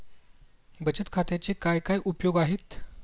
बचत खात्याचे काय काय उपयोग आहेत?